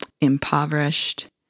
impoverished